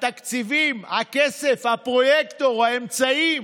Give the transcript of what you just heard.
התקציבים, הכסף, הפרויקטור, האמצעים,